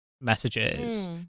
messages